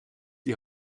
die